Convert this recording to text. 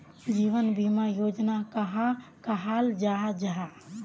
जीवन बीमा योजना कहाक कहाल जाहा जाहा?